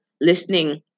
listening